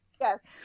Yes